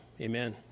Amen